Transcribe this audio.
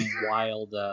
wild